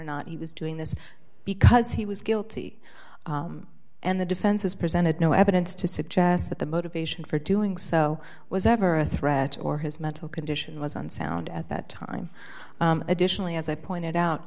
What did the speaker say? not he was doing this because he was guilty and the defense has presented no evidence to suggest that the motivation for doing so was ever a threat or his mental condition was unsound at that time additionally as i pointed out